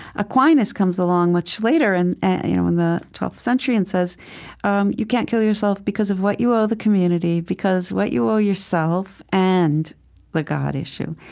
aquinas comes along much later and and you know in the twelfth century, and says um you can't kill yourself because of what you owe the community, because of what you owe yourself, and the god issue.